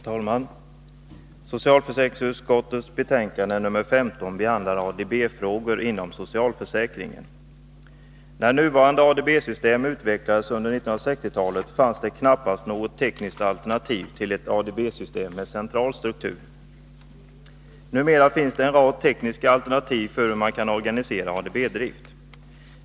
Herr talman! Socialförsäkringsutskottets betänkande nr 15 behandlar ADB-frågor inom socialförsäkringen. När nuvarande ADB-system utvecklades under 1960-talet fanns det knappast något tekniskt alternativ till ett ADB-system med central struktur. Numera finns det en rad tekniska alternativ för hur man kan organisera ADB-drift.